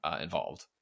involved